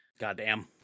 Goddamn